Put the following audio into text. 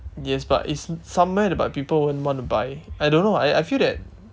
yes but it's somewhere that people won't want to buy I don't know I I feel that